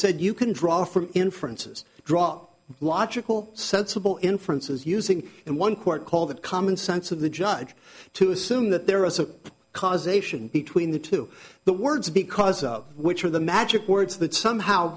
said you can draw from inferences to draw logical sensible inferences using and one court call that common sense of the judge to assume that there was a causation between the two the words because of which are the magic words that somehow